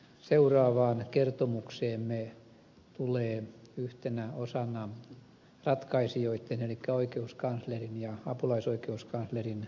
seuraavaan kertomukseemme tulee yhtenä osana ratkaisijoitten elikkä oikeuskanslerin ja apulaisoikeuskanslerin puheenvuorot